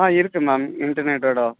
ஆ இருக்குது மேம் இன்டர்நெட்டோட